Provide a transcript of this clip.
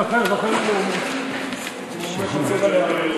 עוד לא קוראים לך יורם